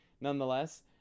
nonetheless